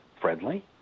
friendly